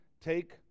take